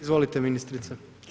Izvolite ministrice.